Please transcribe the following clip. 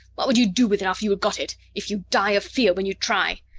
what would you do with it after you got it if you die of fear when you try?